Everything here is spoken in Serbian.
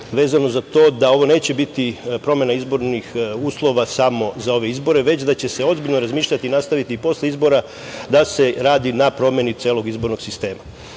vezano za to da ovo neće biti promena izbornih uslova samo za ove izbore već da će se ozbiljno razmišljati i nastaviti i posle izbora da se radi na promeni celog izbornog sistema.